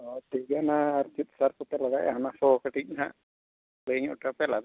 ᱦᱳᱭ ᱴᱷᱤᱠ ᱜᱮᱭᱟ ᱱᱟ ᱟᱨ ᱪᱮᱫ ᱥᱟᱨ ᱠᱚᱯᱮ ᱞᱟᱜᱟᱣᱮᱜᱼᱟ ᱚᱱᱟ ᱠᱚ ᱠᱟᱹᱴᱤᱡ ᱦᱟᱸᱜ ᱞᱟᱹᱭ ᱧᱚᱜ ᱦᱚᱴᱚ ᱯᱮᱭᱟᱞᱮ